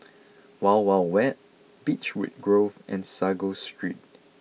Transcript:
Wild Wild Wet Beechwood Grove and Sago Street